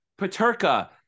Paterka